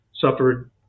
suffered